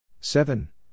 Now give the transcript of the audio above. seven